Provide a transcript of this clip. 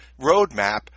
roadmap